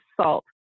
salt